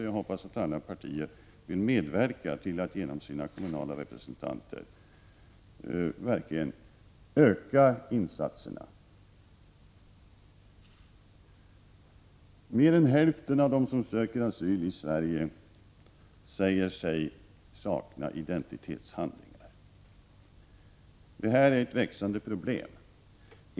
Jag hoppas att alla partier vill medverka till att genom sina kommunala representanter verkligen öka insatserna. Mer än hälften av dem som söker asyl i Sverige säger sig sakna identitetshandlingar. Detta är ett växande problem.